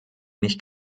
nicht